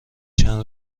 چند